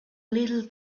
little